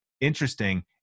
interesting